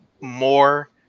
More